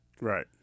Right